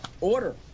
order